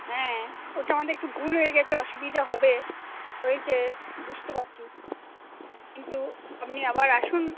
হ্যাঁ ওটা আমাদের একটু ভুল হয়ে গিয়েছে অসুবিধা হবে হয়েছে বুঝতে পারছি কিন্তু আপনি আবার আসুন